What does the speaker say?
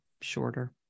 shorter